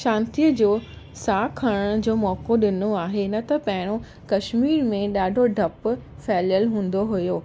शांतीअ जो साहु खणण जो मौको ॾिनो आहे न त पहिरियों कश्मीर में ॾाढो डपु फैलियलु हूंदो हुओ